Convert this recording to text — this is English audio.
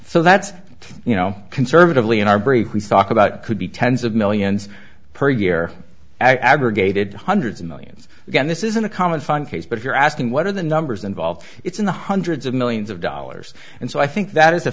so that's you know conservatively in our break we talk about could be tens of millions per year aggregated hundreds of millions again this isn't a common fund case but if you're asking what are the numbers involved it's in the hundreds of millions of dollars and so i think that is a